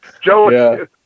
Joe